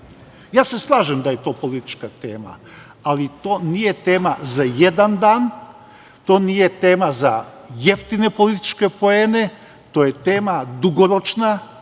Ja se slažem da je to politička tema, ali to nije tema za jedan dan, to nije tema za jeftine političke poene, to je tema dugoročna,